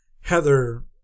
Heather